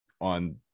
on